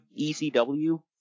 ECW